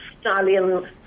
Stalin